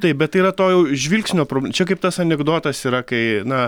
taip bet tai yra to jau žvilgsnio čia kaip tas anekdotas yra kai na